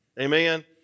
Amen